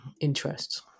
interests